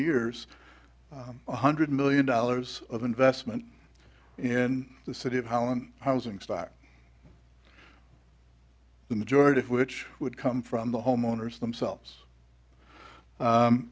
years one hundred million dollars of investment in the city of holland housing stock the majority of which would come from the homeowners themselves